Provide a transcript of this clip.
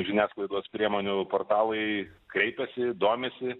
žiniasklaidos priemonių portalai kreipiasi domisi